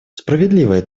справедливое